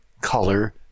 color